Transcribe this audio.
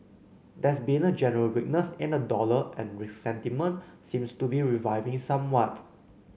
there's been a general weakness in the dollar and risk sentiment seems to be reviving somewhat